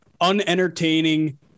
unentertaining